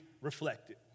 reflected